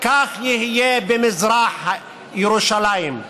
כך יהיה במזרח ירושלים.